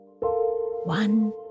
One